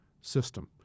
system